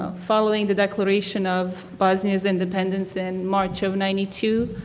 ah following the declaration of bosnia's independence in march of ninety two,